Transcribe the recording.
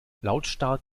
lautstark